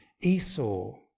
Esau